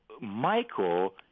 Michael